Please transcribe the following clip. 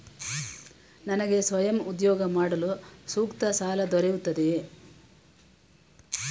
ನನಗೆ ಸ್ವಯಂ ಉದ್ಯೋಗ ಮಾಡಲು ಸೂಕ್ತ ಸಾಲ ದೊರೆಯುತ್ತದೆಯೇ?